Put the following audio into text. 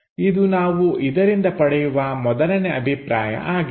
ಇದು ನಾವು ಇದರಿಂದ ಪಡೆಯುವ ಮೊದಲನೇ ಅಭಿಪ್ರಾಯ ಆಗಿದೆ